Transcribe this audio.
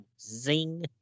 zing